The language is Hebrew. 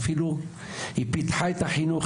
היא פיתחה את החינוך.